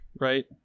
right